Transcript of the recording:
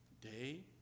Day